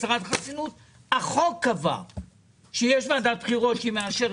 הסרת חסינות החוק קבע שיש ועדת בחירות שמאשרת